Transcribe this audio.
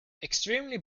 extremely